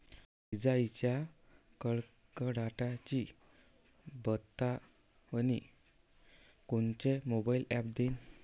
इजाइच्या कडकडाटाची बतावनी कोनचे मोबाईल ॲप देईन?